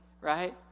right